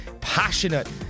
passionate